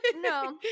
No